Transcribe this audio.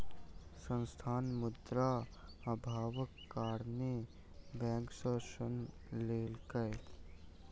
संस्थान, मुद्रा अभावक कारणेँ बैंक सॅ ऋण लेलकै